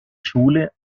schule